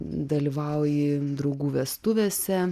dalyvauji draugų vestuvėse